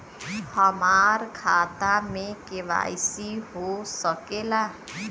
हमार खाता में के.वाइ.सी हो सकेला?